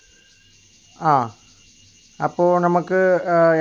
ആ അപ്പോൾ നമുക്ക് എത്ര രൂപ വരും